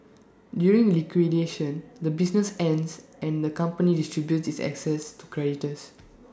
during liquidation the business ends and the company distributes its assets to creditors